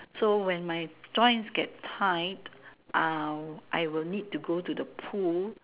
so when my joint gets tight I will need to go to the pool